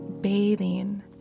bathing